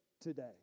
today